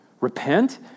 repent